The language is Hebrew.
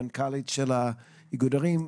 מנכ"לית איגוד הערים.